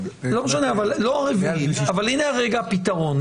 אז לא הרביעי, אבל הנה הפתרון.